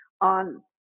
on